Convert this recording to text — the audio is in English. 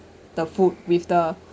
the food with the